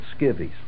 skivvies